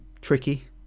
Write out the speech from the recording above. tricky